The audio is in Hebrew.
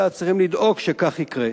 אלא צריכים לדאוג שכך יקרה.